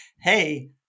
hey